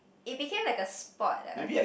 it became like a sport ah